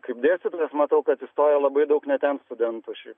kaip dėstytojas matau kad įstoja labai daug ne ten studentų šiaip